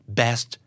best